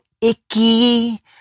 icky